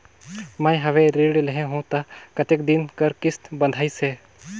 मैं हवे ऋण लेहे हों त कतेक दिन कर किस्त बंधाइस हे?